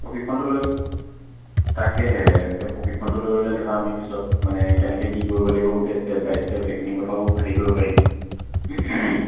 প্ৰশিক্ষণটো লৈ তাকেহে এতিয়া প্ৰশিক্ষণটো লৈ ল'লে ধৰা আমি পিছত মানে কেনেকৈ কি কৰিব লাগিব গোটেই ষ্টেপ বাই ষ্টেপ সেইখিনি কথাও হেৰি কৰিব পাৰিম